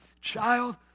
child